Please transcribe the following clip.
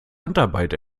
handarbeit